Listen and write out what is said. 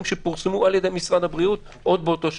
שפורסמו על ידי משרד הבריאות עוד באותו שבוע.